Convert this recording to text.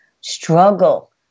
struggle